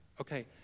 Okay